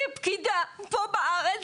כפקידה פה בארץ,